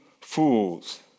fools